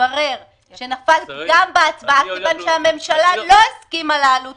ויתברר שנפל פגם בהצבעה כיוון שהממשלה לא הסכימה לעלות